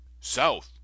South